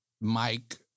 Mike